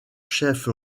chefs